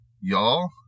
y'all